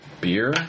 beer